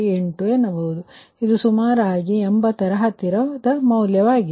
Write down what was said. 8 ಎನ್ನಬಹುದು ಇದು ಸುಮಾರಾಗಿ 80ರ ಹತ್ತಿರದ ಮೌಲ್ಯವಾಗಿದೆ